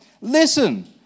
Listen